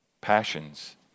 passions